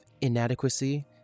inadequacy